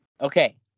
Okay